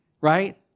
right